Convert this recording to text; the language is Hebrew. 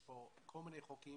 יש כאן כל מיני חוקים.